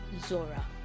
Zora